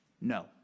no